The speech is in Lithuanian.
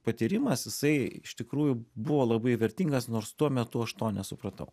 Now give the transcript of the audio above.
patyrimas jisai iš tikrųjų buvo labai vertingas nors tuo metu aš to nesupratau